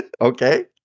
Okay